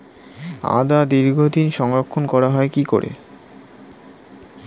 আদা দীর্ঘদিন সংরক্ষণ করা হয় কি করে?